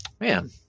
man